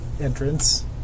entrance